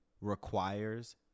requires